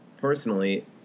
personally